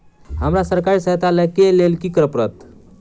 हमरा सरकारी सहायता लई केँ लेल की करऽ पड़त?